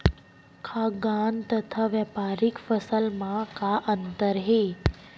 खाद्यान्न तथा व्यापारिक फसल मा का अंतर हे?